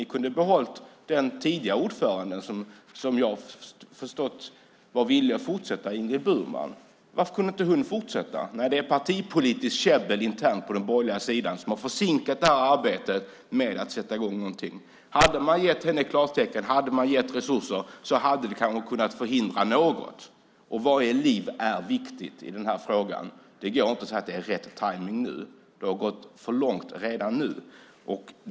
Ni kunde ha behållit den tidigare ordföranden, Ingrid Burman, som jag har förstått var villig att fortsätta. Varför kunde inte hon fortsätta? Nej, det är internt partipolitiskt käbbel på den borgerliga sidan som har försinkat det här arbetet. Hade man gett henne klartecken och hade man gett resurser hade vi kanske förhindra något, och varje liv är viktigt i den här frågan. Det går inte att säga att det är rätt tajmning nu. Det har gått för långt redan nu.